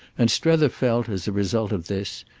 and strether felt, as a result of this,